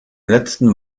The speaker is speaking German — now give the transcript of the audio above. letzten